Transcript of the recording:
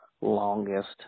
longest